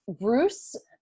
Bruce